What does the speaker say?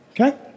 okay